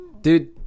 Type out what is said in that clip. Dude